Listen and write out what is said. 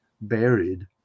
buried